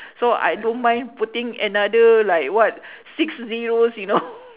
so I don't mind putting another like what six zeros you know